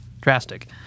drastic